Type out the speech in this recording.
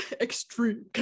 Extreme